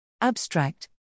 Abstract